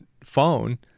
phone